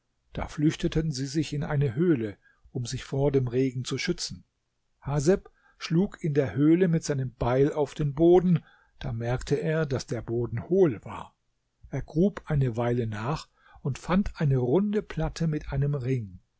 da flüchteten sie sich in eine höhle um sich vor dem regen zu schützen haseb schlug in der höhle mit seinem beil auf den boden da merkte er daß der boden hohl war er grub eine weile nach und fand eine runde platte mit einem ring